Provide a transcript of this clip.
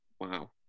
Wow